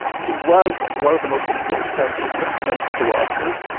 he was one of the most important seventeenth century philosophers,